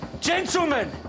Gentlemen